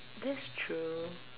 that's true